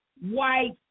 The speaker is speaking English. White